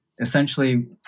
essentially